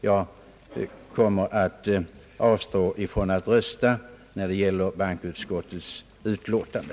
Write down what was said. Jag kommer att avstå från att rösta i fråga om bankoutskottets utlåtande.